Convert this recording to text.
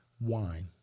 wine